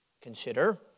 consider